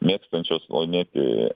mėgstančios laimėti